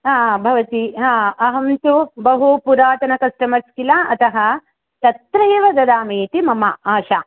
हा भवती हा अहं तु बहु पुरातनकस्टमर्स् किल अतः तत्र एव ददामीति मम आशा